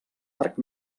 parc